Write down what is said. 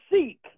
seek